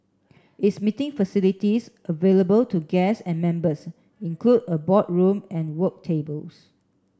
its meeting facilities available to guests and members include a boardroom and work tables